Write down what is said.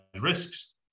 risks